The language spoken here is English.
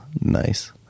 nice